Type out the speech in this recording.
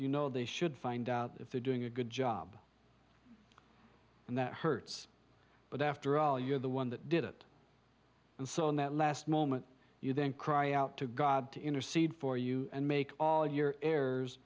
you know they should find out if they're doing a good job and that hurts but after all you're the one that did it and so on that last moment you then cry out to god to intercede for you and make all your errors